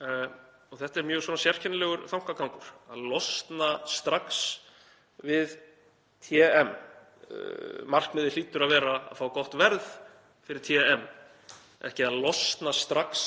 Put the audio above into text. TM. Þetta er mjög sérkennilegur þankagangur, að losna strax við TM. Markmiðið hlýtur að vera að fá gott verð fyrir TM, ekki að losna strax